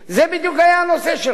זה בדיוק היה הנושא שלך.